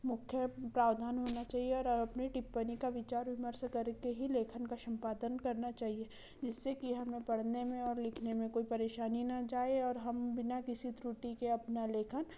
मुख्य प्रावधान होना चाहिए और अपनी टिप्पणी का विचार विमर्श करके ही लेखन का सम्पादन करना चाहिए जिससे कि हमें पढ़ने में और लिखने में कोई परेशानी ना जाए और हम बिना किसी त्रुटि के अपना लेखन